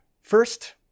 First